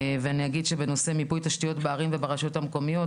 בנושא מיפוי תשתיות בערים והרשויות המקומיות,